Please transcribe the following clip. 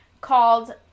Called